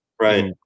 right